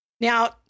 Now